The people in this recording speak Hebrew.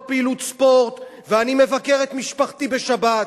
פעילות ספורט ואני מבקר את משפחתי בשבת,